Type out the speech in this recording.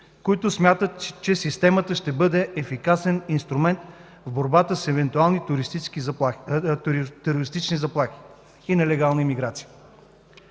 които смятат, че системата ще бъде ефикасен инструмент в борбата с евентуални терористични заплахи и нелегална имиграция.